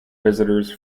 visitors